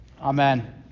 Amen